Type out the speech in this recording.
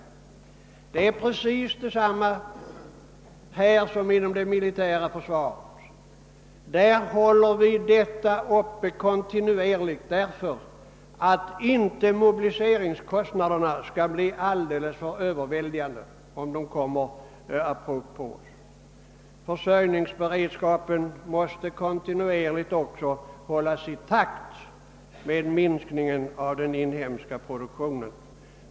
Förhållandena är här precis desamma som inom det militära försvaret, som kontinuerligt hålls uppe för att inte mobiliseringskostnaderna skall bli överväldigande om en mobilisering kommer apropå. Försörjningsberedskapen måste också kontinuerligt hållas i takt med den inhemska produktionen.